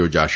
યોજાશે